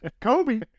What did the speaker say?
kobe